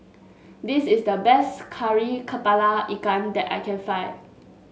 this is the best Kari kepala Ikan that I can find